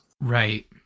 Right